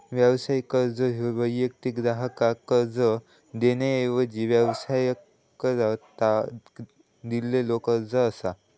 व्यावसायिक कर्ज ह्या वैयक्तिक ग्राहकाक कर्ज देण्याऐवजी व्यवसायाकरता दिलेलो कर्ज असा